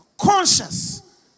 Conscious